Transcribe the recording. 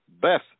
Beth